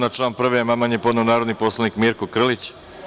Na član 1. amandman je podneo narodni poslanik Mirko Krlić.